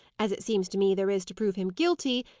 as it seems to me there is to prove him guilty,